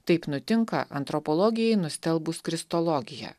taip nutinka antropologijai nustelbus kristologiją